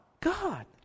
God